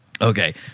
Okay